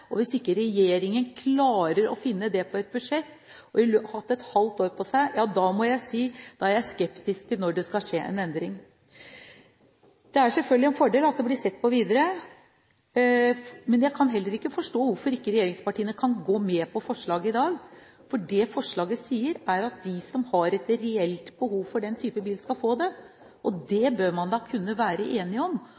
hvis ikke regjeringen klarer å få det inn på et budsjett når den har hatt et halvt år på seg, da må jeg si at jeg er skeptisk til når det kan skje en endring. Det er selvfølgelig en fordel at det blir sett på videre. Jeg kan heller ikke forstå hvorfor ikke regjeringspartiene kan gå med på forslaget i dag, for det forslaget sier, er at de som har et reelt behov for den type bil, skal få det. Det bør man da kunne være enige om. Og